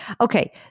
Okay